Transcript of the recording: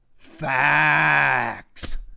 facts